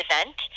event